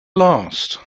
last